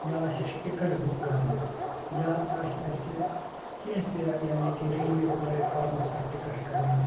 یا آسہِ اَسہِ ٹکٹ بُک کَرٕنۍ یا آسہِ اَسہِ کیٚنٛہہ تہِ یعنی کہِ ریلوے پلیٹ فارمس پٮ۪ٹھ ٹکٹ کَرٕنۍ